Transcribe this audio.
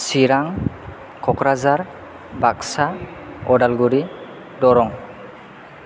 Chirang Kokrajhar Baksa Udalguri Darrang